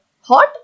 hot